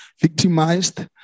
victimized